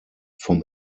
vom